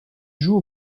joue